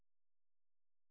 ಹಾಂ ಆಯ್ತು ರೀ ಕಳಿಸಿ ರೀ